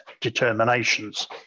determinations